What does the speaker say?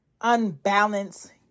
unbalanced